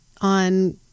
on